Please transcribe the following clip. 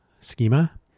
schema